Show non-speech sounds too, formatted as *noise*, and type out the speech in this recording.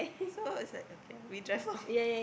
so is like okay lah we drive off *laughs*